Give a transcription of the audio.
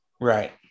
right